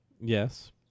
Yes